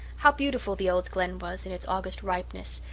how beautiful the old glen was, in its august ripeness,